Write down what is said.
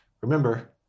Remember